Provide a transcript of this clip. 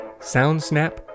SoundSnap